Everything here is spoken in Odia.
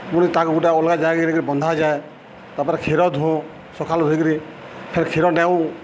ପୁଣି ତାକୁ ଗୁଟେ ଅଲ୍ଗା ଜାଗାକେ ନେଇ କରି ବନ୍ଧାଯାଏ ତା'ପରେ କ୍ଷୀର ଧୁଁ ସଖାଲୁ ଧୁଇକିରି ଫେର୍ କ୍ଷୀର ନେଉଁ